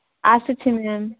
ଆସୁଛି ମ୍ୟାମ୍